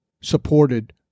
supported